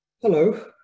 Hello